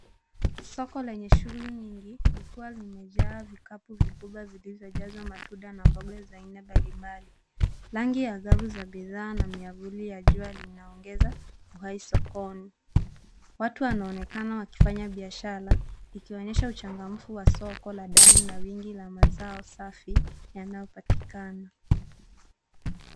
Soko lenye shughuli nyingi likiwa limejaa vikapu vikubwa vilivyojazwa matunda na mboga za aina mbalimbali. Rangi ya angavu za bidhaa na miavuli ya jua linaongeza uhai sokoni. Watu wanaonekana wakifanya biashara ikionyesha uchangamfu wa soko la ndani na wingi la mazao safi yanayopatikana.